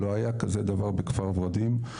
לא היה כזה דבר בכפר ורדים.